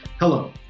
Hello